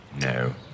No